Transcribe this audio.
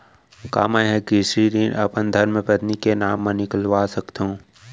का मैं ह कृषि ऋण अपन धर्मपत्नी के नाम मा निकलवा सकथो?